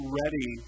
ready